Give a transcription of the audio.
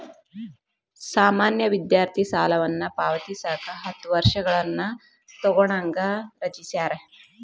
ಸಾಮಾನ್ಯ ವಿದ್ಯಾರ್ಥಿ ಸಾಲವನ್ನ ಪಾವತಿಸಕ ಹತ್ತ ವರ್ಷಗಳನ್ನ ತೊಗೋಣಂಗ ರಚಿಸ್ಯಾರ